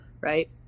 right